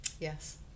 Yes